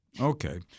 Okay